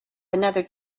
another